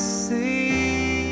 see